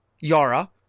Yara